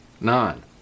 None